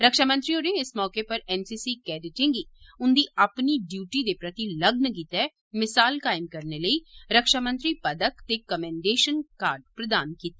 रक्षा मंत्री होरें इस मौके पर एनसीसी कैडेटें गी उंदी अपनी ड्यूटी दे प्रति लग्न लेई मिसाल कायम करने लेई रक्षा मंत्री होरें पदक ते कमेंनडेशन कार्ड प्रदान कीते